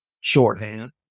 shorthand